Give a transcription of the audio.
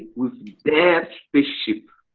with their spaceship.